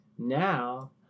Now